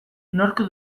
nork